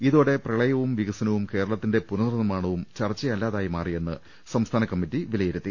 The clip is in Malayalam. ഇതോടെ പ്രളയവും വികസനവും കേരളത്തിന്റെ പുനർനിർമാണവും ചർച്ചയല്ലാതായി മാറിയെന്ന് സംസ്ഥാന കമ്മിറ്റി കുറ്റപ്പെടുത്തി